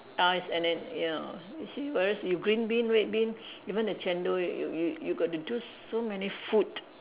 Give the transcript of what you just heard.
ice and then you know you see whereas you green bean red bean even the chendol you you you got to do so many food